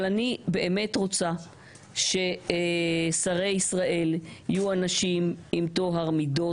אבל אני באמת רוצה ששרי ישראל יהיו אנשים עם טוהר מידות,